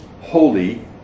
holy